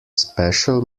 special